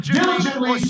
diligently